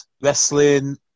wrestling